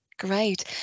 Great